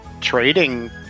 Trading